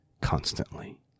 constantly